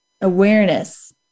awareness